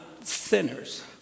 sinners